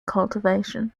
cultivation